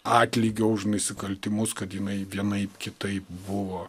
atlygio už nusikaltimus kad jinai vienaip kitaip buvo